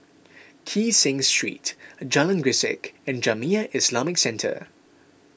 Kee Seng Street Jalan Grisek and Jamiyah Islamic Centre